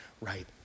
right